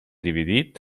dividit